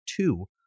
two